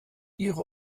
ihre